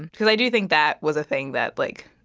and because i do think that was a thing that, like,